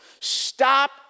Stop